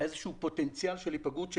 איזשהו פוטנציאל של היפגעות.